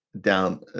down